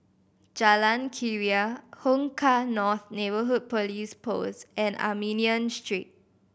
Jalan Keria Hong Kah North Neighbourhood Police Post and Armenian Street